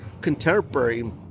contemporary